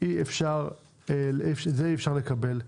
אי אפשר לקבל.